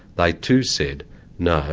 they too said no,